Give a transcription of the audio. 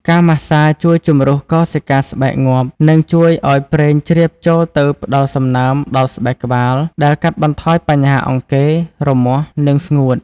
ការម៉ាស្សាជួយជំរុះកោសិកាស្បែកងាប់ និងជួយឲ្យប្រេងជ្រាបចូលទៅផ្តល់សំណើមដល់ស្បែកក្បាល ដែលកាត់បន្ថយបញ្ហាអង្គែ រមាស់ និងស្ងួត។